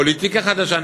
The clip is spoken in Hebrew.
פוליטיקה חדשה,